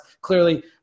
clearly